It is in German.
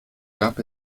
gab